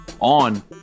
on